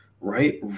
right